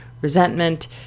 resentment